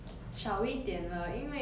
我那个 um